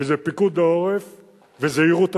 וזה פיקוד העורף וזה יירוט הטילים,